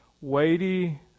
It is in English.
weighty